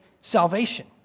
salvation